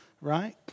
Right